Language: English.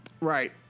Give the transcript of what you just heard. Right